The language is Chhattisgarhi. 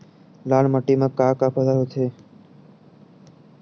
लाल माटी म का का फसल होथे?